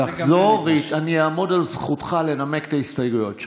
תחזור ואני אעמוד על זכותך לנמק את ההסתייגויות שלך.